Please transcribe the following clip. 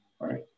right